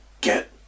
get